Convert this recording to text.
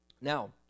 Now